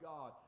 God